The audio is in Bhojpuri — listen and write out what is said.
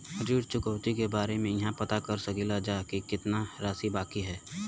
ऋण चुकौती के बारे इहाँ पर पता कर सकीला जा कि कितना राशि बाकी हैं?